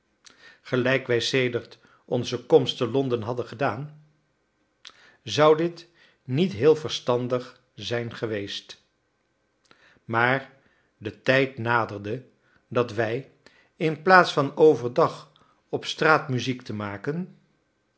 gelijk wij sedert onze komst te londen hadden gedaan zou dit niet heel verstandig zijn geweest maar de tijd naderde dat wij inplaats van overdag op straat muziek te maken